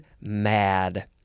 mad